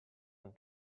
one